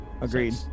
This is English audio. agreed